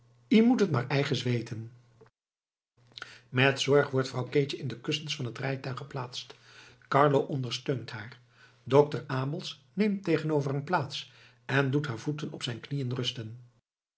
ie moet het moar eiges weten met zorg wordt vrouw keetje in de kussens van het rijtuig geplaatst carlo ondersteunt haar dokter abels neemt tegenover hem plaats en doet haar voeten op zijn knieën rusten